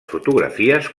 fotografies